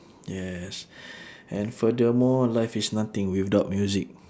yes and furthermore life is nothing without music